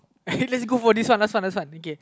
let's go for this one last one last one okay okay